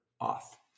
off